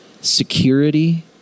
security